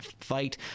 fight